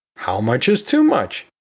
how much is too much?